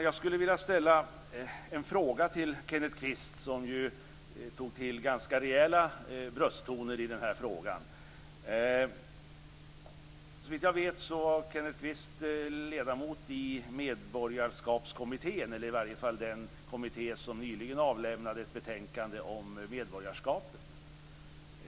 Jag skulle vilja ställa en fråga till Kenneth Kvist, som ju tog till ganska rejäla brösttoner i den här frågan. Såvitt jag vet var Kenneth Kvist ledamot i Medborgarskapskommittén, den kommitté som nyligen avlämnade ett betänkande om medborgarskapet.